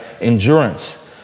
endurance